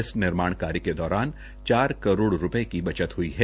इस निर्माण कार्य के दौरान चार करोड़ रूपये की बचत हुई है